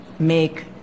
make